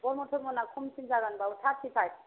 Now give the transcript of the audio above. ब्रह्म धोरोम ना खमसिन जागोन टार्टि फाइभ